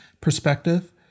perspective